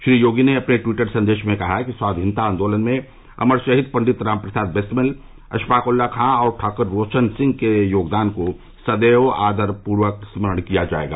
श्री योगी ने अपने टिवटर संदेश में कहा कि स्वाधीनता आन्दोलन में अमर शहीद पंडित राम प्रसाद बिस्मिल अशफाक उल्ला खां और ठाकुर रोशन सिंह के योगदान को सदैव आदरपूर्वक स्मरण किया जाएगा